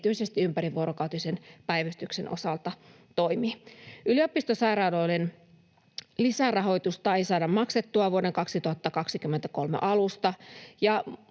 erityisesti ympärivuorokautisen päivystyksen osalta toimii. Yliopistosairaaloiden lisärahoitusta ei saada maksettua vuoden 2023 alusta,